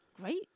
great